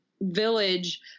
village